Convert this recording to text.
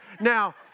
Now